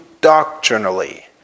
doctrinally